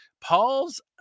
Paul's